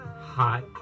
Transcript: hot